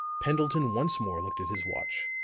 pendleton once more looked at his watch.